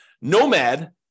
Nomad